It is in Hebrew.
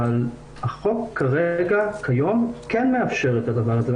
אבל החוק כיום כן מאפשר את הדבר הזה.